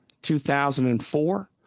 2004